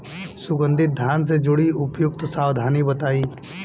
सुगंधित धान से जुड़ी उपयुक्त सावधानी बताई?